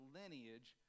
lineage